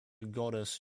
goddess